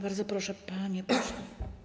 Bardzo proszę, panie pośle.